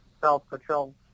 self-control